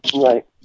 right